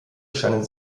scheinen